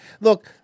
look